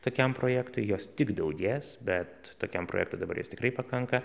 tokiam projektui jos tik daugės bet tokiam projektui dabar jos tikrai pakanka